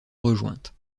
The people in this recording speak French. rejointes